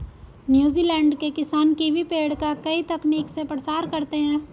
New Zealand के किसान kiwi पेड़ का नई तकनीक से प्रसार करते हैं